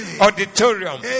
auditorium